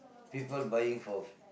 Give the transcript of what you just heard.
people buying for